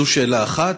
זו שאלה אחת.